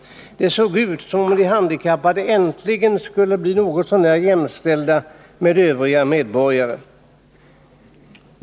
Det såg ut som om de handikappade äntligen skulle bli något så när jämställda med övriga medborgare.